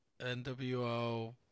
NWO